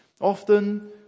often